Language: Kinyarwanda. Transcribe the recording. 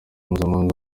mpuzamahanga